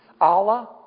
Allah